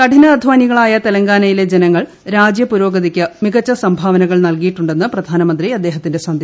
കഠിനാധാനികളായ തെലുങ്കാനയിലെ ജനങ്ങൾ രാജ്യപുരോഗതിക്ക് മികച്ച സംഭാവനകൾ നൽകിയിട്ടുണ്ടെന്ന് പ്രധാനമന്ത്രി അദ്ദേഹത്തിന്റെ സന്ദേശത്തിൽ പറഞ്ഞു